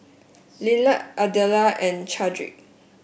Lillard Adella and Chadrick